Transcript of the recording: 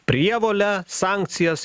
prievolę sankcijas